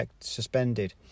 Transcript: suspended